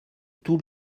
tout